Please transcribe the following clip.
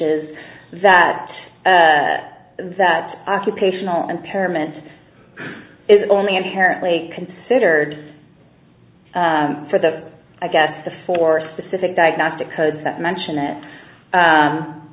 is that that occupational impairment is only inherently considered for the i guess the four specific diagnostic codes that mention it